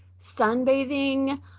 sunbathing